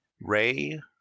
Ray